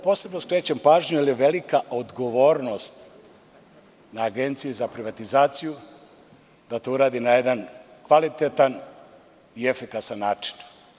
Posebno skrećem pažnju, jer je velika odgovornost na Agenciji za privatizaciju, da to uradi na jedan kvalitetan i efikasan način.